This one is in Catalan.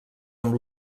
amb